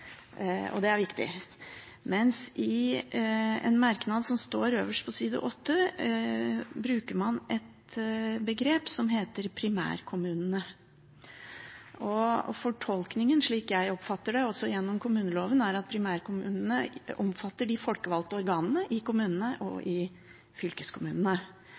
og det er viktig, men i en merknad som står øverst på side 8 i innstillingen, bruker man begrepet «primærkommunene». Fortolkningen, slik jeg oppfatter det av kommuneloven, er at primærkommunene omfatter de folkevalgte organene i kommunene og fylkeskommunene.